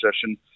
session